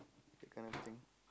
kind of thing